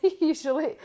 usually